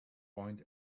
point